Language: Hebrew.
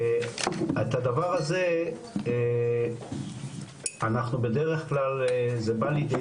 ואת הדבר הזה אנחנו בדרך כלל זה בא לידי